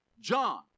John